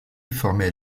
formait